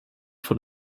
von